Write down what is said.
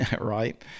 Right